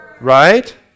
right